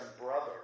brother